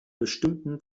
bestimmten